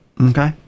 Okay